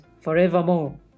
forevermore